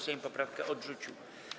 Sejm poprawkę odrzucił.